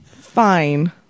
Fine